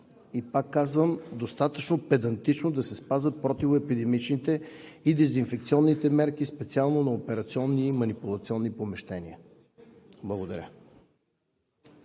Пак казвам, достатъчно педантично да се спазват противоепидемичните и дезинфекционните мерки – специално на операционните и манипулационните помещения. Благодаря.